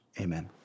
amen